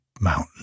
Mountain